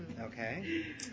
Okay